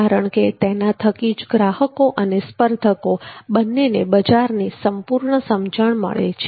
કારણ કે તેના થકી જ ગ્રાહકો અને સ્પર્ધકો બંનેને બજારની પૂરી સમજણ મળે છે